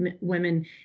women